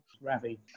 Ravi